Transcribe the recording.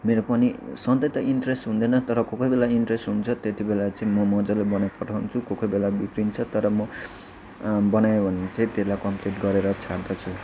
मेरो पनि सधैँ त इन्ट्रेस्ट हुँदैन तर कोही कोही बेला इन्ट्रेस्ट हुन्छ त्यति बेला चाहिँ म मजाले बनाइपठाउँछु कोही कोही बेला बिग्रिन्छ तर म बनायो भने चाहिँ त्यसलाई कम्प्लिट गरेरै छाड्दछु